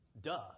Duh